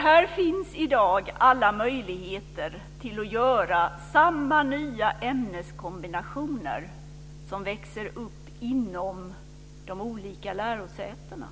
Här finns i dag alla möjligheter till att göra samma nya ämneskombinationer som växer upp inom de olika lärosätena.